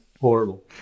horrible